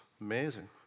Amazing